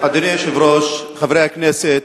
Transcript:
אדוני היושב-ראש, חברי הכנסת,